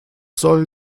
soll